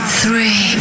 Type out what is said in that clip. three